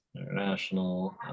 international